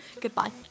Goodbye